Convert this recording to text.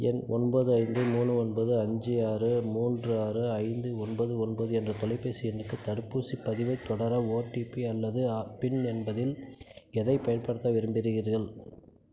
எண் ஒன்பது ஐந்து மூணு ஒன்பது அஞ்சு ஆறு மூன்று ஆறு ஐந்து ஒன்பது ஒன்பது என்ற தொலைபேசி எண்ணுக்கு தடுப்பூசிப் பதிவைத் தொடர ஓடிபி அல்லது பின் என்பதில் எதைப் பயன்படுத்த விரும்புகிறீர்கள்